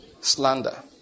slander